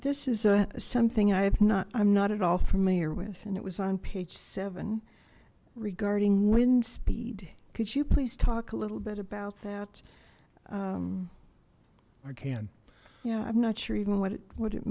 this is a something i've not i'm not at all familiar with and it was on page seven regarding wind speed could you please talk a little bit about that i can yeah i'm not sure even what what it